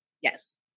yes